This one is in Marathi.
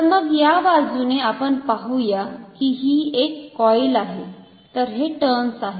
तर मग या बाजूने आपण पाहुया ही एक कॉईल आहे तर हे टर्न्स आहेत